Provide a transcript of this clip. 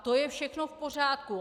To je všechno v pořádku.